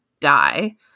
die